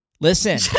listen